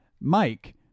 Mike